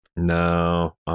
No